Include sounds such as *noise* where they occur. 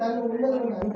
*unintelligible*